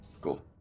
Cool